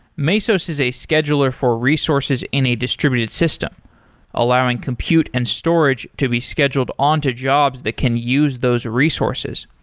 mesos is a scheduler for resources in a distributed systems allowing compute and storage to be scheduled on to jobs that can use those resources.